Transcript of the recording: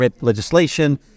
legislation